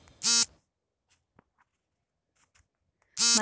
Marketing ಸಂಸ್ಥೆ ಯಾವ ಏಜೆನ್ಸಿಗೆ ಗುತ್ತಿಗೆ ನೀಡುತ್ತದೆ?